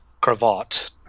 cravat